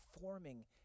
forming